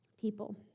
people